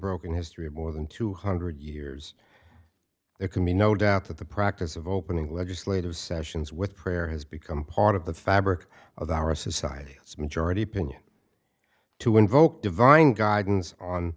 broken history of more than two hundred years there can be no doubt that the practice of opening legislative sessions with prayer has become part of the fabric of our society as majority opinion to invoke divine guidance on